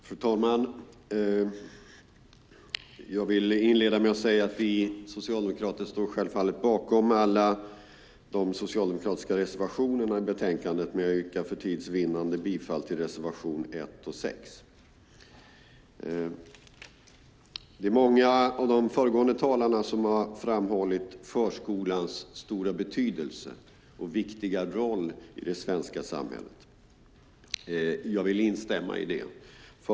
Fru talman! Jag vill inleda med att säga att vi socialdemokrater självfallet står bakom alla socialdemokratiska reservationer i betänkandet. Men jag yrkar för tids vinnande bifall bara till reservationerna 1 och 6. Det är många av de föregående talarna som har framhållit förskolans stora betydelse och viktiga roll i det svenska samhället. Jag vill instämma i det.